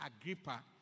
Agrippa